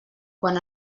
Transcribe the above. quan